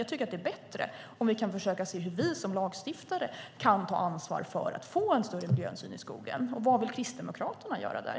Jag tycker att det är bättre om vi kan försöka se hur vi som lagstiftare kan ta ansvar för att få en större miljöhänsyn i skogen. Vad vill Kristdemokraterna göra där?